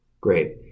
Great